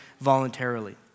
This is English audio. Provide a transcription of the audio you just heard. voluntarily